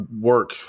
work